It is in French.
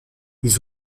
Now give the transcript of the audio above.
ils